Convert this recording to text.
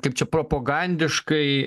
kaip čia propagandiškai